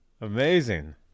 Amazing